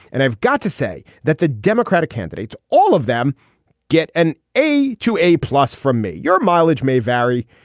and i've got to say that the democratic candidates all of them get an a to a plus from me. your mileage may vary.